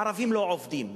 הערבים לא עובדים,